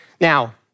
Now